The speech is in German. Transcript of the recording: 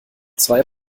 zwei